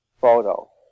photo